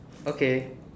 okay